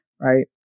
right